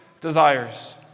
desires